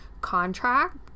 contract